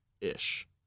ish